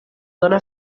dóna